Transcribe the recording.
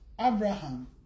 Abraham